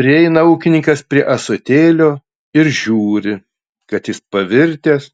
prieina ūkininkas prie ąsotėlio ir žiūri kad jis pavirtęs